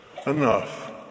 Enough